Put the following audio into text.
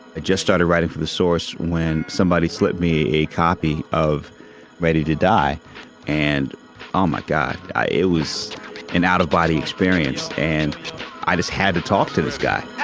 just started writing for the source when somebody slipped me a copy of ready to die and oh my god. it was an out of body experience and i just had to talk to this guy